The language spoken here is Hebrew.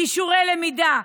כישורי למידה.